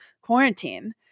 quarantine